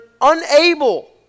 unable